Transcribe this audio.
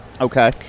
Okay